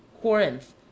Corinth